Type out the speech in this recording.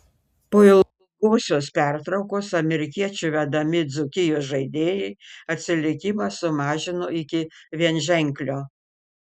po ilgosios pertraukos amerikiečių vedami dzūkijos žaidėjai atsilikimą sumažino iki vienženklio